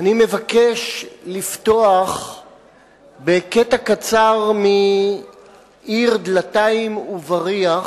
אני מבקש לפתוח בקטע קצר מ"עיר דלתיים ובריח"